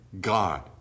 God